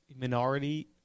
minority